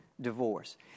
divorce